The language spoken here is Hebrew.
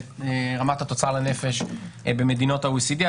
זה רמת התוצר לנפש במדינות ה-OECD,